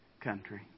country